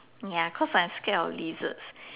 ya cause I'm scared of lizards